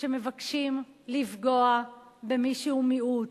שמבקשים לפגוע במי שהוא מיעוט.